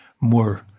more